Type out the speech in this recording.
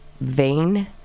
vein